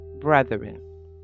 brethren